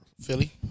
Philly